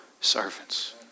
servants